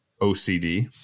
OCD